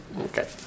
Okay